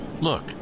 Look